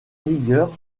rigueur